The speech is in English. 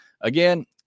Again